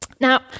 Now